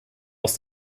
aus